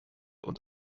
und